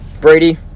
Brady